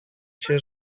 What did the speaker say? cię